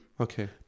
okay